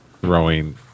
throwing